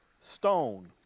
stone